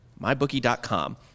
MyBookie.com